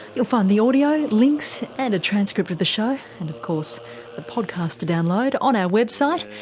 you'll find the audio, links and a transcript of the show and of course the podcast to download on our website.